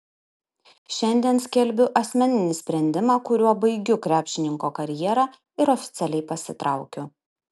šiandien skelbiu asmeninį sprendimą kuriuo baigiu krepšininko karjerą ir oficialiai pasitraukiu